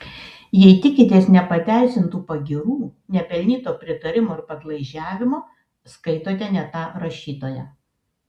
jei tikitės nepateisintų pagyrų nepelnyto pritarimo ir padlaižiavimo skaitote ne tą rašytoją